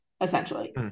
essentially